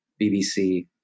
BBC